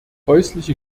häusliche